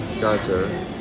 Gotcha